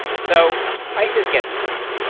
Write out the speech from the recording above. so prices get stuck.